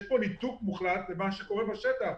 יש פה ניתוק מוחלט ממה שקורה בשטח.